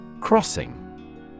Crossing